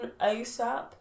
ASAP